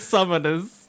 Summoners